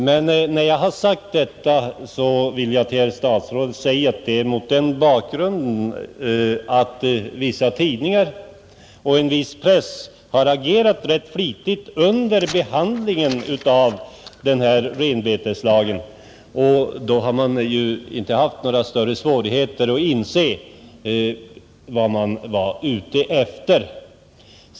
Men när jag har sagt detta, vill jag till herr statsrådet säga att det mot bakgrunden av hur vissa tidningar har agerat rätt flitigt under behandlingen av den här renbeteslagen det inte har varit några större svårigheter att inse vad man var ute efter.